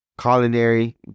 culinary